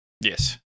Yes